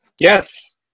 Yes